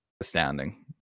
Astounding